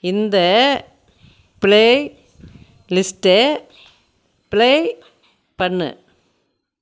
இந்த பிளே லிஸ்ட்டை பிளே பண்ணு